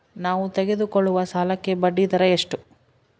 ನಾವು ತೆಗೆದುಕೊಳ್ಳುವ ಸಾಲಕ್ಕೆ ಬಡ್ಡಿದರ ಎಷ್ಟು?